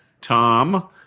Tom